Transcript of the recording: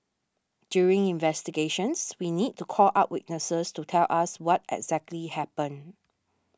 during investigations we need to call up witnesses to tell us what exactly happened